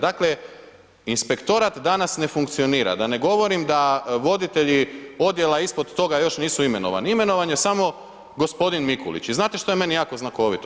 Dakle inspektorat danas ne funkcionira, da ne govorim da voditelji odjela ispod toga još nisu imenovani, imenovan je samo g. Mikulić i znate što je meni jako znakovito?